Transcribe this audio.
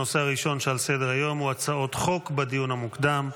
הנושא הראשון שעל סדר-היום הוא הצעות חוק בדיון המוקדם.